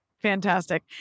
Fantastic